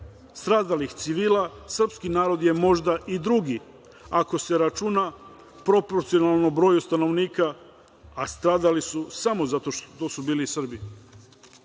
stradalih civila srpski narod je možda i drugi ako se računa proporcionalno broju stanovnika, a stradali su samo zato što su bili Srbi. Zbog